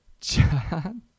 John